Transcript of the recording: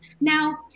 Now